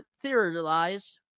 theorized